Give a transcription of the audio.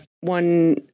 one